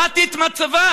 הרעתי את מצבה,